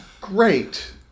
great